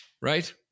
right